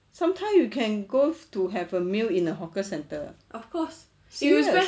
sometime you can go to have a meal in the hawker centre serious